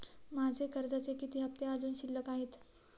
माझे कर्जाचे किती हफ्ते अजुन शिल्लक आहेत?